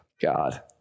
God